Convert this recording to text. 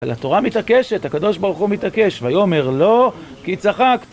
התורה מתעקשת, הקדוש ברוך הוא מתעקש, ויאומר לא, כי צחקת.